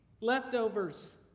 leftovers